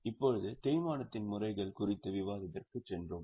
இப்போது தேய்மானத்தின் முறைகள் குறித்த விவாதத்திற்கு சென்றோம்